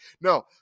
No